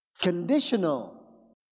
conditional